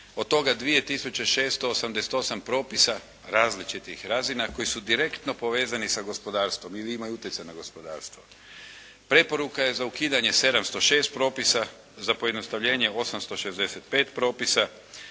od toga 2688 propisa različitih razina koji su direktno povezani sa gospodarstvom ili imaju utjecaja na gospodarstvo. Preporuka je za ukidanje 706 propisa, za pojednostavljenje 865 propisa